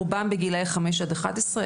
רובם בגילאי 5 עד 11,